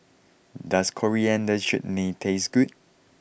does Coriander Chutney taste good